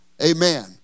Amen